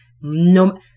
No